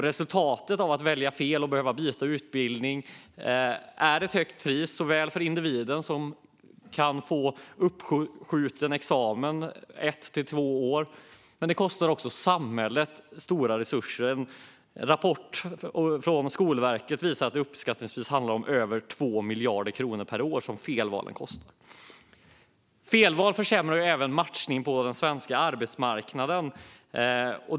Priset för att välja fel och behöva byta utbildning är högt för individen, som kan få sin examen uppskjuten ett till två år. Det kostar också samhället stora resurser - en rapport från Skolverket visar att felvalen uppskattningsvis kostar 2 miljarder kronor per år. Felvalen försämrar även matchningen på den svenska arbetsmarknaden.